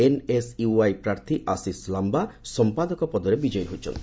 NSUI ପ୍ରାର୍ଥୀ ଆଶିଶ ଲାମ୍ବା ସମ୍ପାଦକ ପଦରେ ବିଜୟୀ ହୋଇଛନ୍ତି